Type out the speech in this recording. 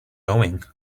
going